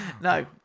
no